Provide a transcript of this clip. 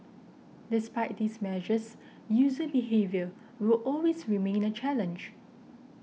despite these measures user behaviour will always remain a challenge